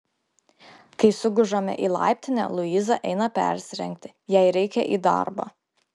kai sugužame į laiptinę luiza eina persirengti jai reikia į darbą